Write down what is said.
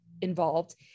involved